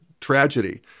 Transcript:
tragedy